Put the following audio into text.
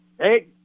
Hey